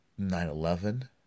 9-11